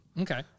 Okay